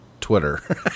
Twitter